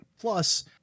Plus